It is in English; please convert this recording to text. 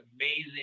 amazing